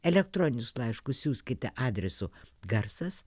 elektroninius laiškus siųskite adresu garsas